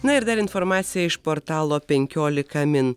na ir dar informacija iš portalo penkiolika min